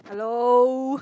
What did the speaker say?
hello